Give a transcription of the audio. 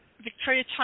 Victoria